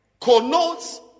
connotes